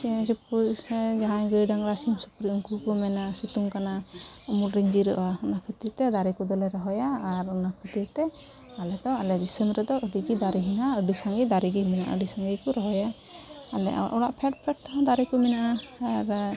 ᱪᱮᱬᱮᱼᱪᱤᱯᱨᱩᱫ ᱥᱮ ᱡᱟᱦᱟᱸᱭ ᱜᱮ ᱜᱟᱹᱭᱼᱰᱟᱝᱨᱟ ᱥᱤᱢᱼᱥᱩᱠᱨᱤ ᱩᱱᱠᱩᱦᱚᱸ ᱠᱚ ᱢᱮᱱᱟ ᱥᱤᱛᱩᱝ ᱠᱟᱱᱟ ᱩᱢᱩᱞᱨᱮᱧ ᱡᱤᱨᱟᱹᱜᱼᱟ ᱚᱱᱟ ᱠᱷᱟᱹᱛᱤᱨᱛᱮ ᱫᱟᱨᱮ ᱠᱚᱫᱚᱞᱮ ᱨᱚᱦᱚᱭᱟ ᱟᱨ ᱚᱱᱟ ᱠᱷᱟᱹᱛᱤᱨᱛᱮ ᱟᱞᱮᱫᱚ ᱟᱞᱮ ᱫᱤᱥᱚᱢᱨᱮᱫᱚ ᱟᱹᱰᱤᱜᱮ ᱫᱟᱨᱮ ᱦᱮᱱᱟᱜᱼᱟ ᱟᱹᱰᱤ ᱥᱟᱸᱜᱮ ᱫᱟᱨᱮᱜᱮ ᱢᱮᱱᱟᱜᱼᱟ ᱟᱹᱰᱤ ᱥᱟᱸᱜᱮᱜᱮᱠᱚ ᱨᱚᱦᱚᱭᱟ ᱟᱞᱮ ᱚᱲᱟᱜ ᱯᱷᱮᱰᱼᱯᱷᱮᱰ ᱛᱮᱦᱚᱸ ᱫᱟᱨᱮᱠᱚ ᱢᱮᱱᱟᱜᱼᱟ